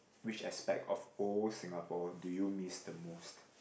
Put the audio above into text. which aspect of old Singapore do you miss the most